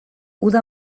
uda